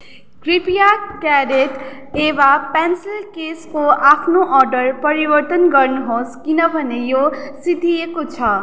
कृपया क्याडेट इभा पेन्सिल केसको आफ्नो अर्डर परिवर्तन गर्नुहोस् किनभने यो सिद्धिएको छ